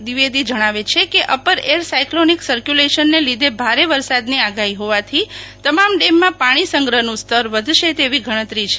દ્વિવેદી જણાવે છે કે અપર એર સાયક્લોનીક સરકુલેશન ને લીધે ભારે વરસાદ ની આગાહી હોવાથી તમામ ડેમ માં પાણી સંગ્રહ નું સ્તર વધશે તેવી ગણતરી છે